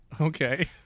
Okay